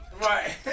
Right